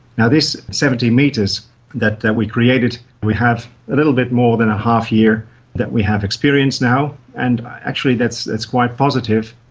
now, this seventy metres that that we created, we have a little bit more than a half year that we have experienced now, and actually that's that's quite positive.